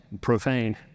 profane